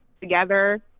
together